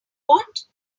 what